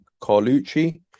Carlucci